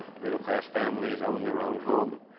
middle class families own their own home.